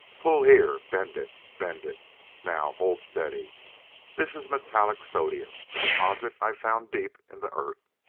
pull here! bend it bend it now hold steady this is metallic sodium, a deposit i found deep in the earth.